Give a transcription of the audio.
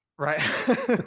Right